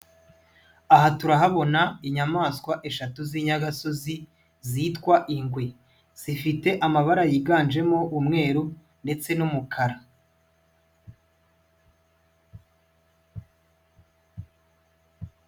Aha turahabona inyamaswa eshatu z'inyagasozi zitwa ingwe, zifite amabara yiganjemo umweru ndetse n'umukara.